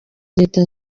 leta